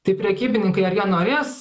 tai prekybininkai ar jie norės